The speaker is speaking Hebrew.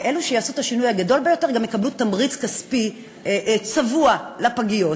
ואלו שיעשו את השינוי הגדול ביותר גם יקבלו תמריץ כספי צבוע לפגיות.